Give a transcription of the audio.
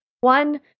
one